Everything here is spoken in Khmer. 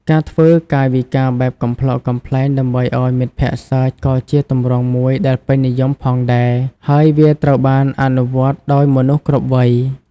ការធ្វើកាយវិការបែបកំប្លុកកំប្លែងដើម្បីឱ្យមិត្តភក្តិសើចក៏ជាទម្រង់មួយដែលពេញនិយមផងដែរ ហើយវាត្រូវបានអនុវត្តដោយមនុស្សគ្រប់វ័យ។